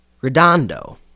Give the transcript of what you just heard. Redondo